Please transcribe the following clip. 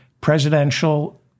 presidential